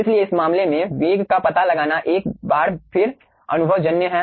इसलिए इस मामले में वेग का पता लगाना एक बार फिर अनुभवजन्य है